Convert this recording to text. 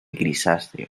grisáceo